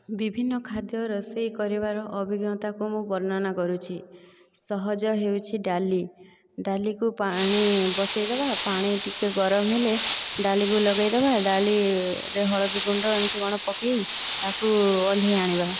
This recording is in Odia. ବିଭିନ୍ନ ଖାଦ୍ୟ ରୋଷେଇ କରିବାର ଅଭିଜ୍ଞାତାକୁ ମୁଁ ବର୍ଣ୍ଣନା କରୁଛି ସହଜ ହେଉଛି ଡାଲି ଡାଲିକୁ ପାଣି ବସାଇଦେବା ପାଣି ଟିକେ ଗରମ ହେଲେ ଡାଲିକୁ ଲଗାଇଦେବା ଡାଲିରେ ହଳଦୀ ଗୁଣ୍ଡ ଏମିତି କଣ ପକାଇ ତାକୁ ଓଲ୍ହାଇ ଆଣିବା